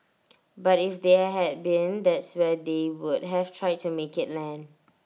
but if they had been that's where they would have tried to make IT land